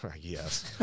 Yes